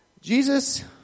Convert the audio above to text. Jesus